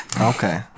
Okay